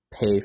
pay